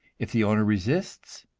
if the owner resists,